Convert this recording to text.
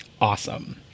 Awesome